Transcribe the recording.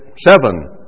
seven